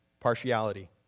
partiality